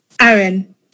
aaron